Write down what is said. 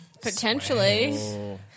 Potentially